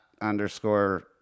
underscore